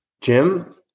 jim